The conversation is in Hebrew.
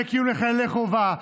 דמי קיום לחיילי חובה,